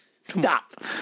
Stop